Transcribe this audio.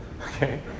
okay